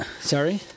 Sorry